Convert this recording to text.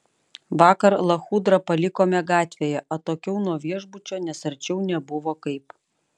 vakar lachudrą palikome gatvėje atokiau nuo viešbučio nes arčiau nebuvo kaip